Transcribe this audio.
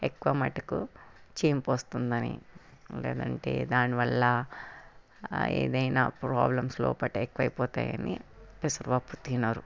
ఎక్కువ మటుకు చీము పోస్తుంది అని లేదంటే దానివల్ల ఏదైనా ప్రాబ్లమ్స్ లోపల ఎక్కువ అయిపోతాయని పెసరపప్పు తినరు